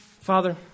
Father